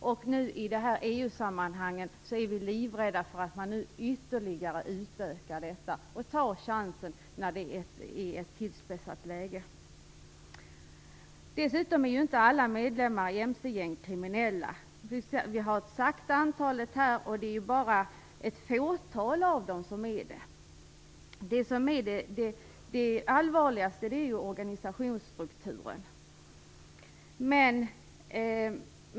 I EU-sammanhang är vi livrädda för att man ytterligare utökar detta och tar chansen i ett tillspetsat läge. Alla medlemmar i mc-gäng är inte kriminella. Det har talats om antalet medlemmar, men bara ett fåtal av dem är kriminella. Det allvarligaste är organisationsstrukturen.